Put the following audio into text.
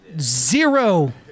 zero